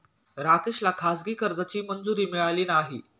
राकेशला खाजगी कर्जाची मंजुरी मिळाली नाही